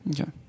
Okay